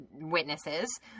witnesses